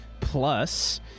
Plus